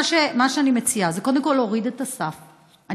מה שאני מציעה זה קודם כול להוריד את הסף ל-60,